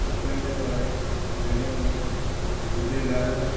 अप्रेल वारे महीने में झूलेलाल